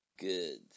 Good